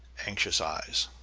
anxious eyes.